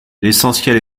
l’essentiel